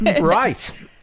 Right